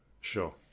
sure